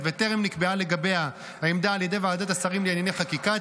וטרם נקבעה לגביה העמדה על ידי ועדת השרים לענייני חקיקה,